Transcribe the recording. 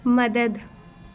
مدد